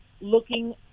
looking